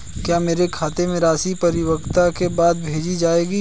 क्या मेरे खाते में राशि परिपक्वता के बाद भेजी जाएगी?